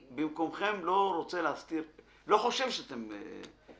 במקומכם אני לא רוצה להסתיר ואני לא חושב שאתם צריכים,